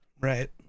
Right